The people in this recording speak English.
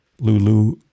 Lulu